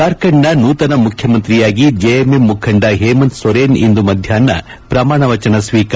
ಜಾರ್ಖಂಡ್ನ ನೂತನ ಮುಖ್ಯಮಂತ್ರಿಯಾಗಿ ಜೆಎಂಎಂ ಮುಖಂಡ ಹೇಮಂತ್ ಸೊರೇನ್ ಇಂದು ಮಧ್ಯಾಹ್ನ ಪ್ರಮಾಣವಚನ ಸ್ವೀಕಾರ